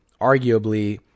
arguably